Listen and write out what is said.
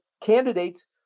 candidates